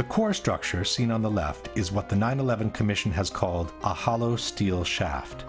the core structure seen on the left is what the nine eleven commission has called a hollow steel shopped